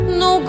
no